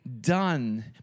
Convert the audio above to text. done